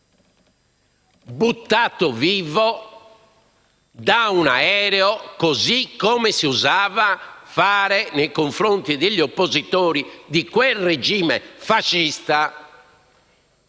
buttato vivo da un aereo, così come si usava fare nei confronti degli oppositori di quel regime fascista.